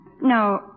No